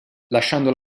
lasciando